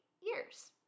years